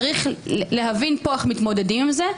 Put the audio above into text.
צריך פה להבין איך מתמודדים עם זה.